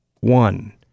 one